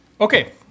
Okay